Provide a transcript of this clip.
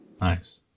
Nice